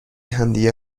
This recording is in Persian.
همدیگه